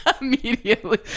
Immediately